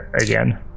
again